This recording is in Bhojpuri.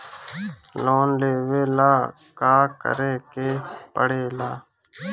लोन लेबे ला का करे के पड़े ला?